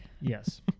Yes